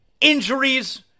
injuries